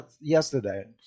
yesterday